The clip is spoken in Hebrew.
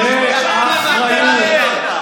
אחריות.